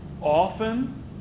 Often